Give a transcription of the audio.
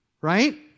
right